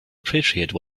appreciate